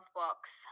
books